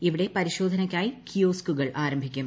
ഇവിടെ പരിശോധനയ്ക്കായി കിയോസ്കുകൾ ആരംഭിക്കും